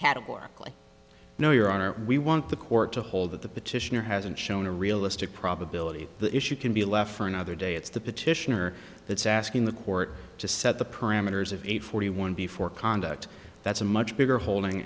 categorically no your honor we want the court to hold that the petitioner hasn't shown a realistic probability the issue can be left for another day it's the petitioner that's asking the court to set the parameters of eight forty one before conduct that's a much bigger holding